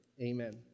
Amen